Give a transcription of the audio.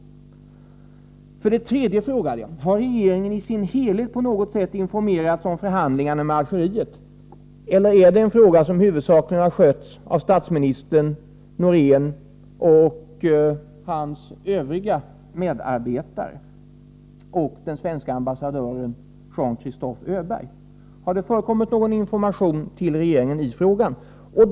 Vidare frågade jag: Har regeringen i sin helhet på något sätt informerats om förhandlingarna med Algeriet, eller är detta en fråga som huvudsakligen har skötts av statsministern, Noreén, statsministerns övriga medarbetare och den svenske ambassadören Jean-Christophe Öberg? Har det förekommit någon information till regeringen om detta?